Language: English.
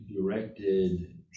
directed